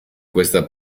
questa